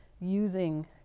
using